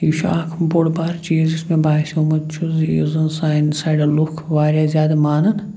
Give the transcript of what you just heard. یہِ چھُ اکھ بوٚڈ بار چیٖز یُس مےٚ باسیومُت چھُ یُس زَن سانہِ سایڈٕ لُکھ واریاہ زیادٕ مانان چھِ